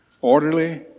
orderly